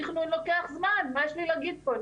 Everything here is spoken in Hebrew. תכנון לוקח זמן, מה יש לי להגיד פה?